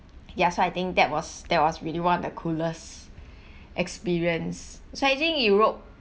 ya so I think that was that was really one of the coolest experience so I think in europe